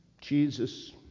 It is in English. Jesus